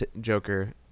Joker